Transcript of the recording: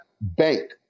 bank